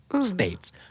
States